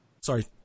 sorry